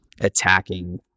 attacking